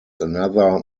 another